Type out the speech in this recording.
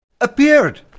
appeared